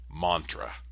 mantra